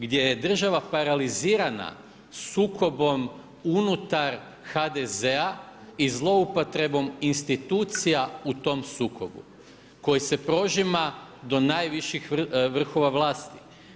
Gdje je država paralizirana sukobom unutar HDZ-a i zloupotrebom institucija u tom sukobu koji se prožima do najviših vrhova vlasti.